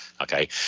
okay